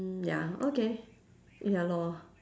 mm ya okay ya lor